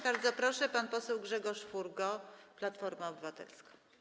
Bardzo proszę, pan poseł Grzegorz Furgo, Platforma Obywatelska.